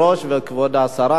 אם אתן יכולות רק לשבת,